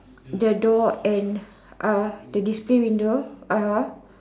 the door and uh the display window a'ah